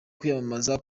kwiyamamaza